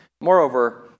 Moreover